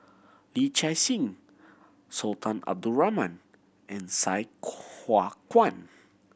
Yee Chia Hsing Sultan Abdul Rahman and Sai Hua Kuan